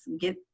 get